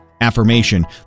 affirmation